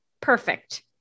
perfect